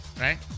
Right